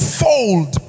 fold